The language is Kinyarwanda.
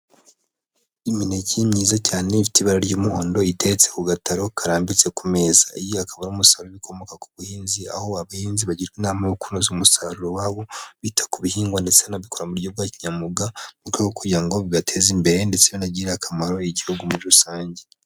Imineke myiza cyane ifite ibara ry'umuhondo iteretse ku gataro karambitse ku meza, iyi akaba ari umusaruro ukomoka ku buhinzi, aho abahinzi bagirwa inama yo kunoza umusaruro wabo, bita ku bihingwa ndetse banabikora mu buryo bwa kinyamwuga, mu rwego rwo kugira ngo bibateze imbere ndetse binanagirire akamaro igihugu muri rusange.